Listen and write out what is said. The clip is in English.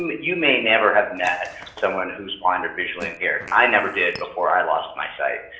you may never have met someone who's blind or visually impaired. i never did before i lost my sight.